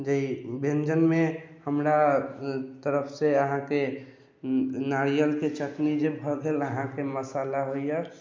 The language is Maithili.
जे व्यञ्जनमे हमरा तरफ से अहाँकेँ नारियलके चटनी जे भऽ गेल अहाँकेँ मशाला होइया